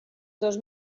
dos